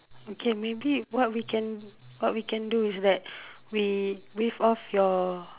okay maybe what we can what we can do is that we waive off your